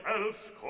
else